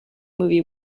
movie